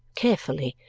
carefully,